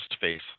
face